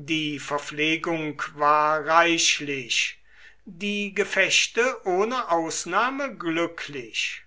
die verpflegung war reichlich die gefechte ohne ausnahme glücklich